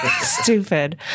Stupid